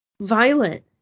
violent